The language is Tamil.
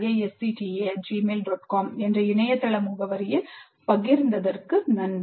com என்ற இணையதள முகவரியில் பகிர்ந்ததற்கு நன்றி